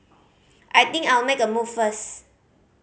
I think I'll make a move first